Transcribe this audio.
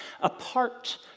apart